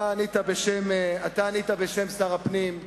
אתה ענית בשם שר הפנים,